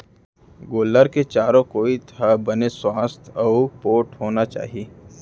गोल्लर के चारों कोइत ह बने सुवास्थ अउ पोठ होना चाही